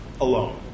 alone